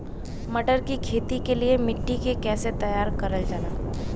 मटर की खेती के लिए मिट्टी के कैसे तैयार करल जाला?